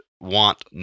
want